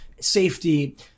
safety